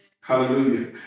Hallelujah